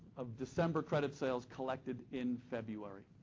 of december credit sales collected in february.